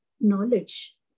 knowledge